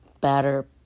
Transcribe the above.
better